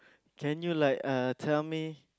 can you like uh tell me